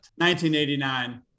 1989